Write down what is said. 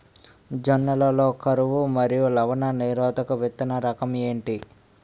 జొన్న లలో కరువు మరియు లవణ నిరోధక విత్తన రకం ఏంటి?